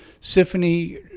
symphony